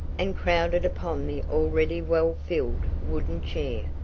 and crowded upon the already well-filled wooden chair.